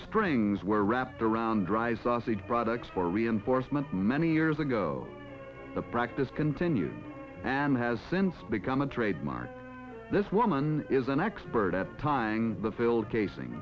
strings were wrapped around dried sausage products for reinforcement many years ago a practice continues and has since become a trademark this woman is an expert at tying the filled casing